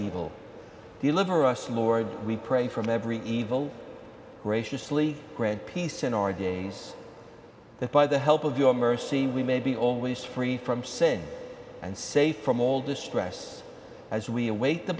evil deliver us lord we pray from every evil graciously grant peace in our days that by the help of your mercy we may be always free from sin and safe from all distress as we await the